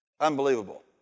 unbelievable